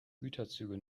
güterzüge